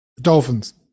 Dolphins